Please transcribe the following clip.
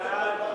על הסטודנטים?